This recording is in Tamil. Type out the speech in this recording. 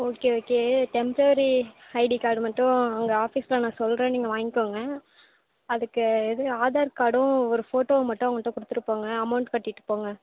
okay okay temporary ID card மட்டும் அங்கே ஆஃபீஸ்சில் சொல்கிறேன் நீங்கள் வாங்கிக்கோங்க அதுக்கு இது ஆதார் கார்டும் ஒரு ஃபோட்டோவும் மட்டும் அவங்கள்கிட்ட கொடுத்துட்டு போங்க அமௌண்ட் கட்டிவிட்டு போங்க